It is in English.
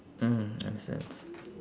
mm understand